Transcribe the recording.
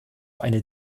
eine